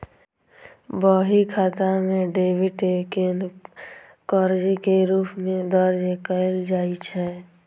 बही खाता मे डेबिट कें कर्ज के रूप मे दर्ज कैल जाइ छै